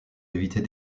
éviter